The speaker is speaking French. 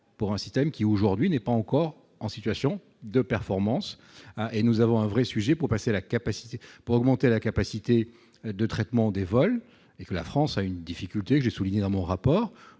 pour un système qui aujourd'hui n'est pas encore en situation de performance, hein, et nous avons un vrai sujet pour passer la capacité pour augmenter la capacité de traitement des vols et que la France a une difficulté que j'ai souligné dans mon rapport,